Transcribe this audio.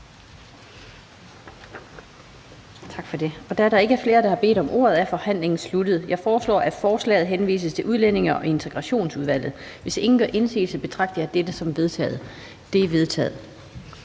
ministeren. Da der ikke er flere, der har bedt om ordet, er forhandlingen sluttet. Jeg foreslår, at lovforslaget henvises til Udlændinge- og Integrationsudvalget. Hvis ingen gør indsigelse, betragter jeg dette som vedtaget. Det er vedtaget.